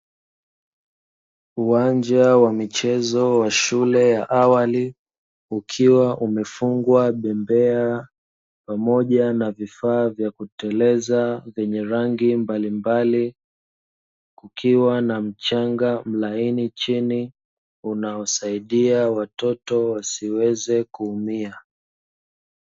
Uwanja wa michezo wa shule ya awali, ukiwa umefungwa bembea pamoja na vifaa vya kuteleza vyenye rangi mbalimbali, kukiwa na mchanga mlaini chini unaosaidia watoto wasiweze kuumia.